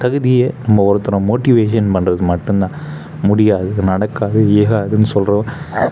தகுதியை நம்ம ஒருத்தரை மோட்டிவேஷன் பண்ணுறது மட்டுந்தான் முடியாது நடக்காது இயலாதுன்னு சொல்கிற